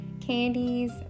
candies